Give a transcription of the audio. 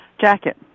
jacket